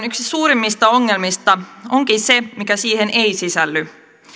yksi suurimmista ongelmista onkin se mikä siihen ei sisälly